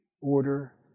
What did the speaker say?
order